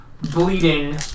bleeding